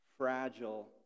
Fragile